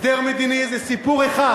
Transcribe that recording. הסדר מדיני זה סיפור אחד,